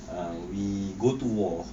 um we go to war